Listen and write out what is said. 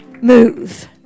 move